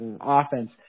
offense